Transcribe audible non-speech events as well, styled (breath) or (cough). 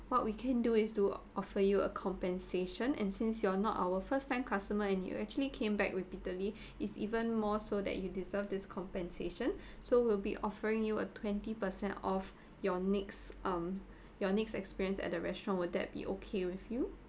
what we can do is to offer you a compensation and since you're not our first time customer and you actually came back repeatedly (breath) is even more so that you deserve this compensation (breath) so we'll be offering you a twenty percent off your next um your next experience at the restaurant will that be okay with you